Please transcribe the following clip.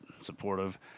supportive